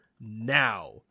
now